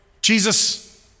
Jesus